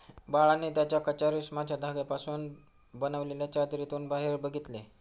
बाळाने त्याच्या कच्चा रेशमाच्या धाग्यांपासून पासून बनलेल्या चादरीतून बाहेर बघितले